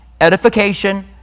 edification